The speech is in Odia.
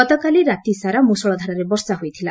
ଗତକାଲି ରାତିସାରା ମ୍ରଷଳ ଧାରାରେ ବର୍ଷା ହୋଇଥିଲା